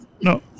No